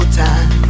time